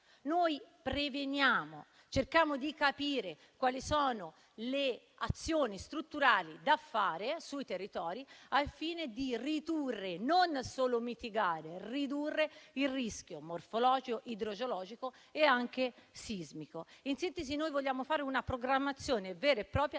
Noi preveniamo, cerchiamo di capire quali sono le azioni strutturali da fare sui territori al fine non solo di mitigare, ma anche ridurre il rischio morfologico, idrogeologico e anche sismico. In sintesi, vogliamo fare una programmazione vera e propria